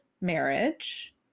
marriage